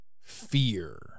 fear